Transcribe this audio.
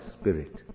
spirit